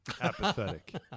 Apathetic